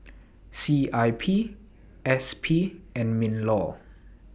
C I P S P and MINLAW